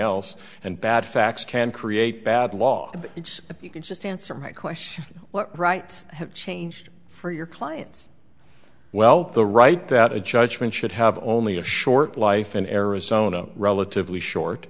else and bad facts can create bad law you can just answer my question what rights have changed for your clients well the right that a judgment should have only a short life in arizona relatively short